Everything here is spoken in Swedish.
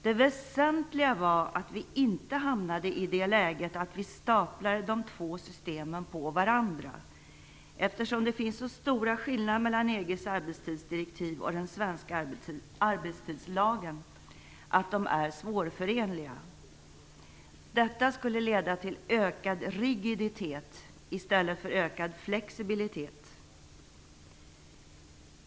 Det väsentliga var att vi inte hamnade i det läget att vi staplade de två systemen på varandra, eftersom det finns så stora skillnader mellan EG:s arbetstidsdirektiv och den svenska arbetstidslagen att de är svårförenliga. Detta skulle leda till ökad rigiditet i stället för ökad flexibilitet.